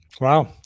Wow